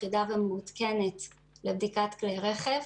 אחידה ומעודכנת לבדיקת כלי רכב.